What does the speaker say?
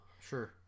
Sure